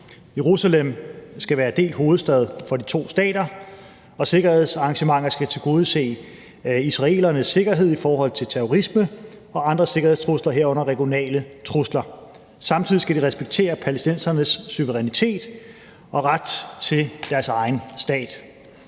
Jerusalem skal være delt hovedstad for de to stater, og sikkerhedsarrangementer skal tilgodese israelernes sikkerhed i forhold til terrorisme og andre sikkerhedstrusler, herunder regionale trusler. Samtidig skal de respektere palæstinensernes suverænitet og ret til deres egen stat.